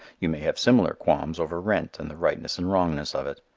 you may have similar qualms over rent and the rightness and wrongness of it.